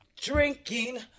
drinking